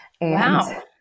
Wow